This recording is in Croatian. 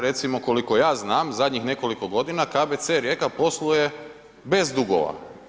Recimo, koliko ja znam, zadnjih nekoliko godina KBC Rijeka posluje bez dugova.